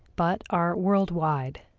but are world-wide.